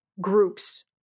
groups